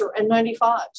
N95s